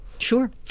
Sure